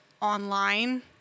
online